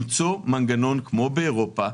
למצוא מנגנון כמו באירופה,